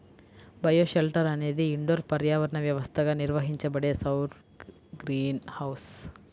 bioshelter అనేది indoor పర్యావరణ వ్యవస్థగా నిర్వహించబడే సౌర గ్రీన్ హౌస్